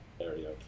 area